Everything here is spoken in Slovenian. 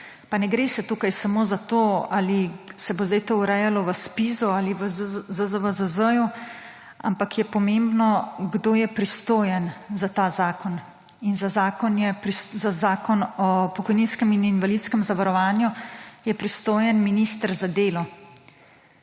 Pa ne gre tukaj samo za to, ali se bo to zdaj urejalo v ZPIZ ali ZZVZZ, ampak je pomembno, kdo je pristojen za ta zakon. Za Zakon o pokojninskem in invalidskem zavarovanju je pristojen minister za delo.